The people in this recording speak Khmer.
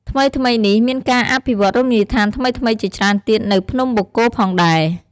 ថ្មីៗនេះមានការអភិវឌ្ឍន៍រមណីយដ្ឋានថ្មីៗជាច្រើនទៀតនៅភ្នំបូកគោផងដែរ។